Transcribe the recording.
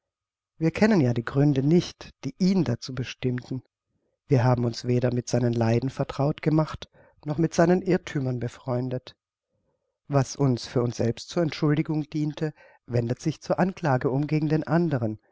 wir kennen ja die gründe nicht die ihn dazu bestimmten wir haben uns weder mit seinen leiden vertraut gemacht noch mit seinen irrthümern befreundet was uns für uns selbst zur entschuldigung diente wendet sich zur anklage um gegen den andern